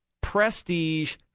prestige